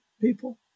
people